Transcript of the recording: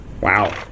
Wow